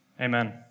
Amen